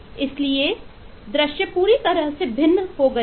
इसलिए दृश्य पूरी तरह से भिन्न बन गया है